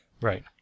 Right